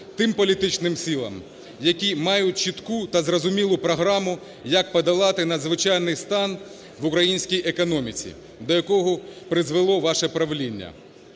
тим політичним силам, які мають чітку та зрозумілу програму, як подолати надзвичайний стан в українській економіці, до якого призвело ваше правління.